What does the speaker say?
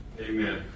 Amen